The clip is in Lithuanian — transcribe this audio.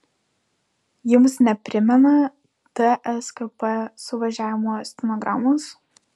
jums neprimena tskp suvažiavimo stenogramos